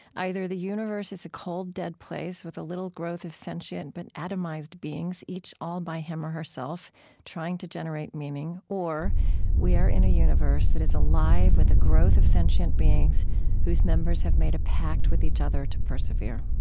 either the universe is a cold, dead place with a little growth of sentient but atomized beings, each all by him or herself trying to generate meaning, or we are in a universe that is alive with a growth of sentient beings whose members have made a pact with each other to persevere.